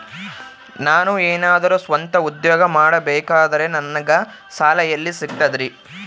ನಾನು ಏನಾದರೂ ಸ್ವಂತ ಉದ್ಯೋಗ ಮಾಡಬೇಕಂದರೆ ನನಗ ಸಾಲ ಎಲ್ಲಿ ಸಿಗ್ತದರಿ?